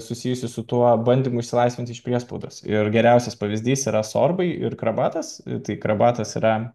susijusi su tuo bandymu išsilaisvinti iš priespaudos ir geriausias pavyzdys yra sorbai ir krabatas tai krabatas yra